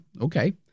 okay